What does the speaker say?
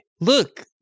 look